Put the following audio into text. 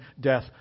death